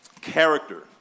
character